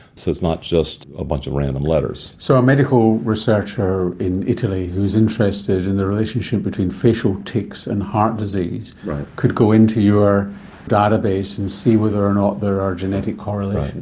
so it's not just a bunch of random letters. so a medical researcher in italy who's interested in the relationship between facial tics and heart disease could go into your database and see whether or not there are genetic correlations.